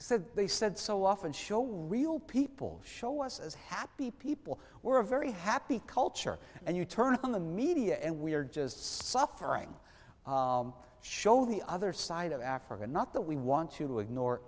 said they said so often show real people show us as happy people we're very happy culture and you turn on the media and we are just suffering show the other side of africa not that we want to